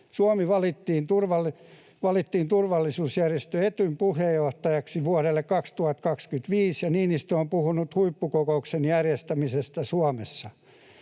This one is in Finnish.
Suomi valittiin turvallisuusjärjestö Etyjin puheenjohtajaksi vuodelle 2025, ja Niinistö on puhunut huippukokouksen järjestämisestä Suomessa,